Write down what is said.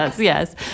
yes